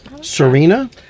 Serena